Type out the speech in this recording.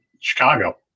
Chicago